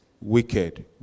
wicked